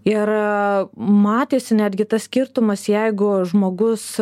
ir matėsi netgi tas skirtumas jeigu žmogus